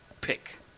pick